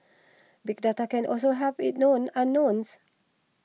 big data can also help it known unknowns